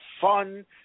fun